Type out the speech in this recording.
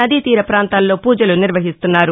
నదీ తీర పాంతాల్లో పూజలు నిర్వహిస్తున్నారు